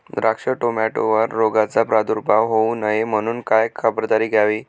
द्राक्ष, टोमॅटोवर रोगाचा प्रादुर्भाव होऊ नये म्हणून काय खबरदारी घ्यावी?